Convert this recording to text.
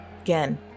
again